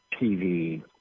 TV